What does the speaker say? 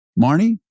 Marnie